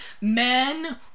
men